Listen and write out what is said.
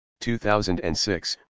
2006